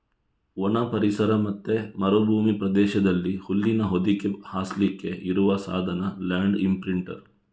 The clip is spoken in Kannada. ಒಣ ಪರಿಸರ ಮತ್ತೆ ಮರುಭೂಮಿ ಪ್ರದೇಶದಲ್ಲಿ ಹುಲ್ಲಿನ ಹೊದಿಕೆ ಹಾಸ್ಲಿಕ್ಕೆ ಇರುವ ಸಾಧನ ಲ್ಯಾಂಡ್ ಇಂಪ್ರಿಂಟರ್